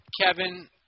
Kevin